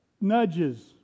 nudges